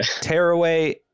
Tearaway